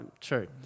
True